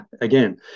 again